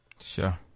Sure